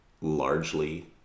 largely